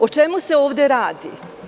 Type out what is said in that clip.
O čemu se ovde radi?